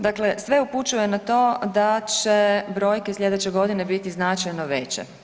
Dakle, sve upućuje na to da će brojke slijedeće godine biti značajno veće.